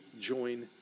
join